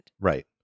Right